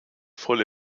volle